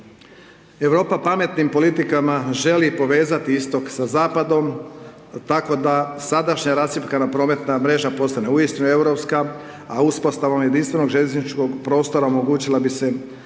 Europa pametnim politikama želi povezati istok sa zapadom tako da sadašnja rascjepkana prometna mreža postane uistinu europska a uspostavom jedinstvenog željezničkog prostora omogućila bi se socijalna